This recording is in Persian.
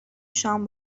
شام